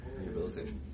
Rehabilitation